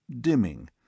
dimming